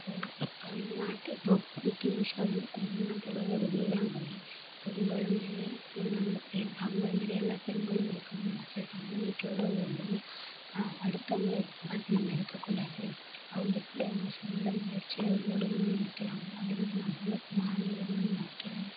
ஒரு தமிழ்நாட்டு இப்போது பீடி உஷா வந்து தமிழ்நாட்டோட ஒரு வீராங்கனை அவங்கள மாரி நம்ம அவங்கள மாரி எல்லா பெண்களும் இருக்கணும்ன்னு ஆசை தன்னம்பிக்கையோடு ஓடணும் அடுத்தவங்களை எதிர்பார்த்து நம்ம இருக்கக்கூடாது அவங்க எப்படி வந்து சொந்த முயற்சியில் ஓடணும்ன்னு நினைக்குறாங்களோ அது மாரி நம்மளும் மாறணும்ன்னு நினைக்குறேன்